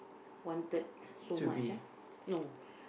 wanted so much ah no